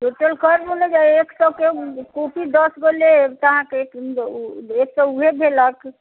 total करलू ने जे एक सए के कॉपी दशगो लेब तऽ अहाँकेँ एक तऽ ओहे भेलक